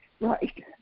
Right